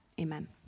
Amen